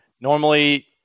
Normally